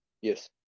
Yes